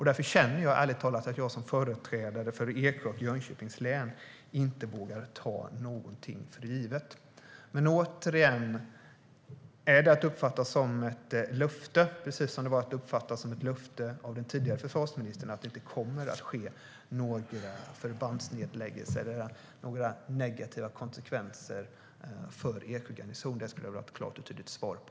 Därför känner jag ärligt talat att jag som företrädare för både Eksjö och Jönköpings län inte vågar ta någonting för givet. Återigen: Är det att uppfatta som ett löfte, precis som det var att uppfatta som ett löfte från den tidigare försvarsministern, att det inte kommer att ske några förbandsnedläggningar eller några negativa konsekvenser för Eksjö garnison? Det skulle jag vilja ha ett klart och tydligt svar på.